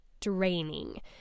draining